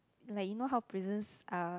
like you know how prisons are